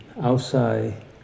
outside